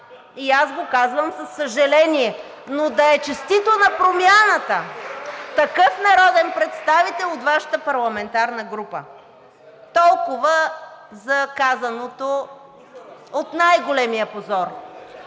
и аз го казвам със съжаление. Но да е честито на Промяната такъв народен представител от Вашата парламентарна група. Толкова за казаното от най-големия позор.